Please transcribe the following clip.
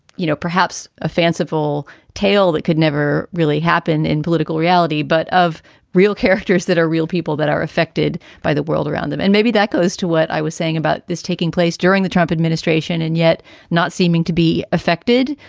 you know, perhaps a fanciful tale that could never really happen in political reality, but of real characters that are real people that are affected by the world around them. and maybe that goes to what i was saying about this taking place during the trump administration and yet not seeming to be affected.